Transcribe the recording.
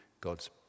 God's